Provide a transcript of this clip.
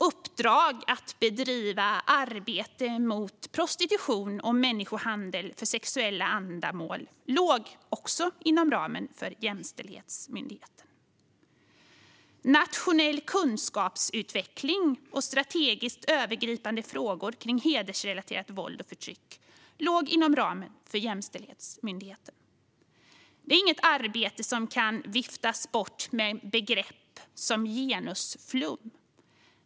Uppdrag att bedriva arbete mot prostitution och människohandel för sexuella ändamål låg också inom ramen för Jämställdhetsmyndigheten. Även nationell kunskapsutveckling och strategiska övergripande frågor kring hedersrelaterat våld och förtryck låg inom ramen för Jämställdhetsmyndigheten. Det är inget arbete som kan viftas bort med begrepp som genusflum.